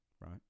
Right